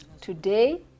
Today